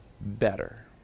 better